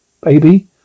baby